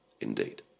indeed